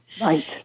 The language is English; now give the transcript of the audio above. Right